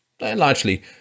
largely